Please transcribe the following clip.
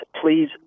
Please